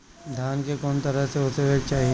धान के कउन तरह से ओसावे के चाही?